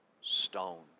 stone